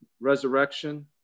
resurrection